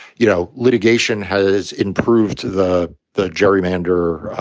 you know, litigation has improved the the gerrymander